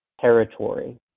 territory